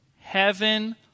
heaven